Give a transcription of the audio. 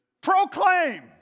proclaim